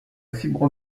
fibre